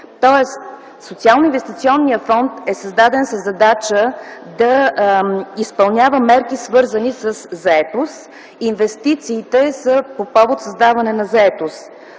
Тоест Социалноинвестиционният фонд е създаден със задача да изпълнява мерки, свързани със заетост. Инвестициите са по повод създаване на заетост.